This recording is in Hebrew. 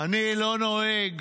אני לא נוהג